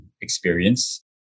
experience